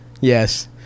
Yes